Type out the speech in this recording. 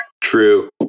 true